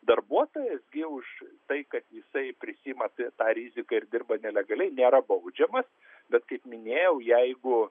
darbuotojas gi už tai kad jisai prisiima tą riziką ir dirba nelegaliai nėra baudžiamas bet kaip minėjau jeigu